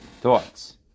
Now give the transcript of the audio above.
thoughts